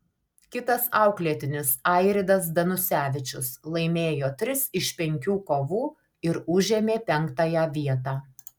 kitas auklėtinis airidas danusevičius laimėjo tris iš penkių kovų ir užėmė penktąją vietą